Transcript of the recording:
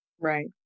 Right